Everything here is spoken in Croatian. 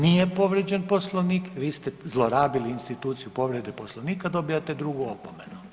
Nije povrijeđen Poslovnik, vi ste zlorabili instituciju povrede Poslovnika, dobijate drugu opomenu.